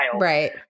Right